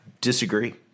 disagree